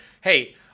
hey